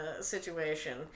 situation